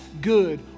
good